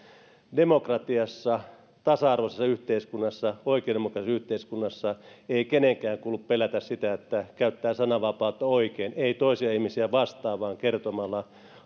demokratiassa tasa arvoisessa yhteiskunnassa oikeudenmukaisessa yhteiskunnassa ei kenenkään kuulu pelätä sitä että käyttää sananvapautta oikein ei toisia ihmisiä vastaan vaan kertomalla